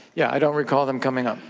yeah i don't recall them coming up.